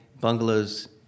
bungalows